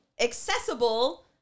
accessible